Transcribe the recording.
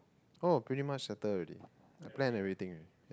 oh pretty much settle already I plan everything already yep